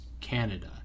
Canada